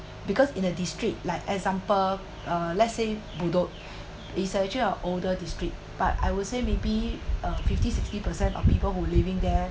because in a district like example uh let's say bedok is actually a older district but I would say maybe uh fifty sixty percent of people who living there